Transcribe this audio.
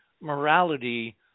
morality